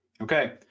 okay